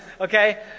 okay